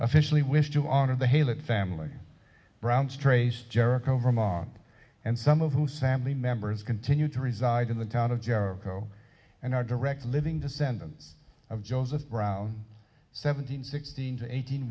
officially wish to honor the hail of family browns trace jericho vermont and some of whose sami members continue to reside in the town of jericho and are direct living descendants of joseph browne seventeen sixteen to eighteen